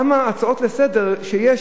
כמה הצעות לסדר היו,